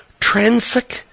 Transic